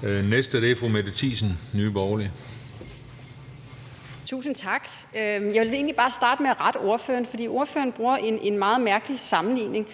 Den næste er fru Mette Thiesen, Nye Borgerlige. Kl. 12:16 Mette Thiesen (NB): Tusind tak. Jeg vil egentlig bare starte med at rette ordføreren, for ordføreren bruger en meget mærkelig sammenligning.